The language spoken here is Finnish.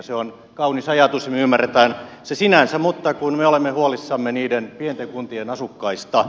se on kaunis ajatus ja me ymmärrämme se sinänsä mutta kun me olemme huolissamme niiden pienten kuntien asukkaista